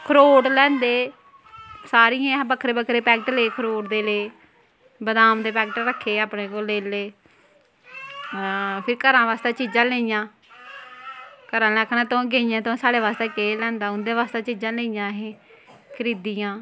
अखरोट लेआंदे सारियें असें बक्खरे बक्खरे पैक्ट ले अखरोट दे ले बदाम दे पैक्ट रक्खी अपने कोल लेई ले फिर घरा बास्तै चीजां लेइयां घरै आह्लें आक्खनां तुस गेइयां तुस साढ़े बास्तै केह् लेआंदा उं'दे बास्तै चीजां लेइयां असें खरीदियां